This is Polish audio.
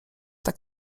tak